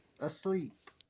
asleep